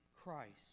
Christ